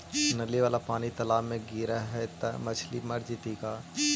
नली वाला पानी तालाव मे गिरे है त मछली मर जितै का?